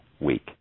week